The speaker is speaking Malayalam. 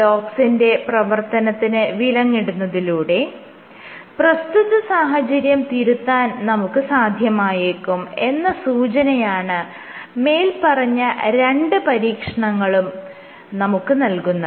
LOX ന്റെ പ്രവർത്തനത്തിന് വിലങ്ങിടുന്നതിലൂടെ പ്രസ്തുത സാഹചര്യം തിരുത്താൻ നമുക്ക് സാധ്യമായേക്കും എന്ന സൂചനയാണ് മേല്പറഞ്ഞ രണ്ട് പരീക്ഷണങ്ങളും നമുക്ക് നൽകുന്നത്